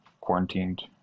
quarantined